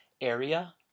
area